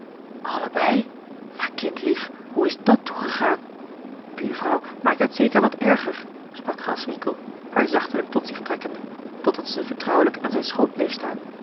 maar kindlief hoe is dàt toegegaan buurvrouw maakt het zeker wat erger sprak graswinckel haar zachtelijk tot zich trekkende totdat ze vertrouwelijk aan zijn schoot bleef staan